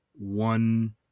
one